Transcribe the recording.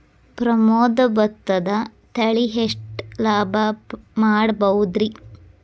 ಪ್ರಮೋದ ಭತ್ತದ ತಳಿ ಎಷ್ಟ ಲಾಭಾ ಮಾಡಬಹುದ್ರಿ?